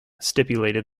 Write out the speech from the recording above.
stipulated